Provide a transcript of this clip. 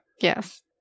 Yes